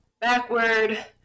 backward